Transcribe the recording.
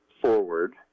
forward